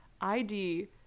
ID